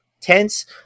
tense